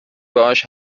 باهاش